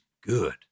good